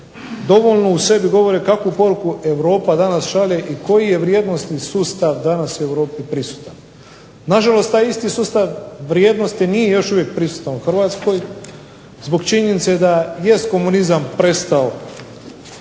dovoljno o sebi govore kakvu poruku Europa danas šalje i koji je vrijednosni sustav danas u Europi prisutan. Na žalost taj isti sustav vrijednosti nije još uvijek prisutan u Hrvatskoj zbog činjenice da jest komunizam prestao